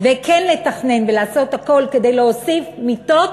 וכן לתכנן ולעשות הכול כדי להוסיף מיטות